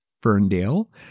Ferndale